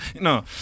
no